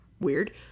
weird